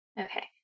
Okay